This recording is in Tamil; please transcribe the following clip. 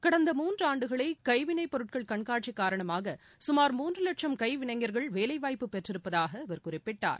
கடந்த மூன்று ஆண்டுகளில் கைவினைப் பொருட்கள் கண்காட்சி காரணமாக கமார் மூன்று இலட்சம் கைவினைஞா்கள் வேலைவாய்ப்பு பெற்றிருப்பதாக அவர் குறிப்பிட்டார்